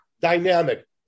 dynamic